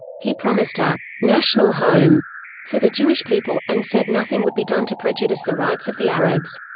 he promised a national home for the jewish people, and said nothing would be done to prejudice the rights of the arabs.